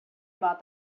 about